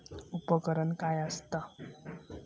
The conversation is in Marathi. उपकरण काय असता?